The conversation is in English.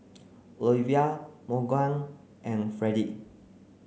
Oliva Morgan and Fredrick